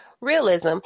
realism